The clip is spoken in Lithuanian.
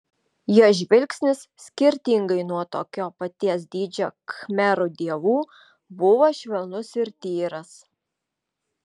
jos žvilgsnis skirtingai nuo tokio paties dydžio khmerų dievų buvo švelnus ir tyras